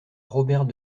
robert